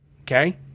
Okay